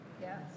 Yes